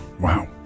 Wow